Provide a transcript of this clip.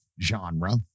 genre